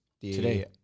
Today